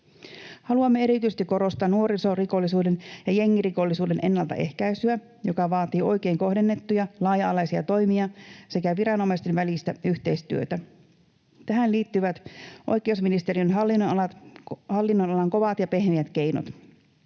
Haluamme erityisesti korostaa nuorisorikollisuuden ja jengirikollisuuden ennaltaehkäisyä, joka vaatii oikein kohdennettuja, laaja-alaisia toimia sekä viranomaisten välistä yhteistyötä. Tähän liittyvät oikeusministeriön hallinnonalan kovat ja pehmeät keinot,